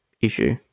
issue